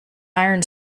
iron